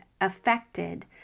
affected